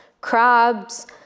crabs